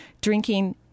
drinking